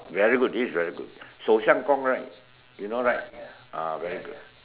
really good this is really good shou-shiang-gong right you know right ah very good